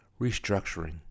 restructuring